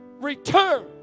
return